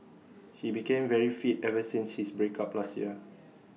he became very fit ever since his break up last year